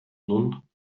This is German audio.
nun